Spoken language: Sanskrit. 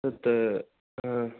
तत् अ